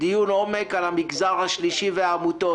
דיון עומק על המגזר השלישי והעמותות.